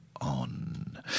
on